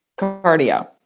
Cardio